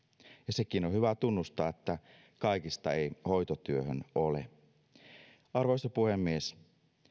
sekin on hyvä tunnustaa että kaikista ei hoitotyöhön ole arvoisa puhemies